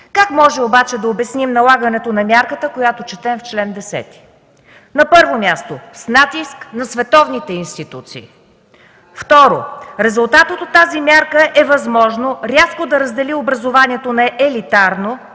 Как обаче можем да обясним налагането на мярката, която четем в чл. 10? На първо място, натиск на световните институции. Второ, резултатът от тази мярка е възможно рязко да раздели образованието на елитарно